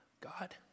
God